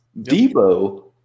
Debo